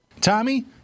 Tommy